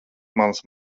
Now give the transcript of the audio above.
mans